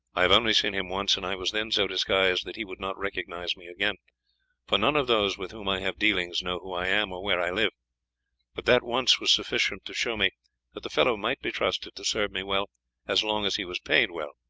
i have only seen him once, and i was then so disguised that he would not recognize me again for none of those with whom i have dealings know who i am or where i live but that once was sufficient to show me that the fellow might be trusted to serve me well as long as he was paid well,